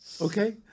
okay